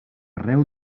arreu